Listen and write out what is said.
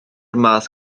math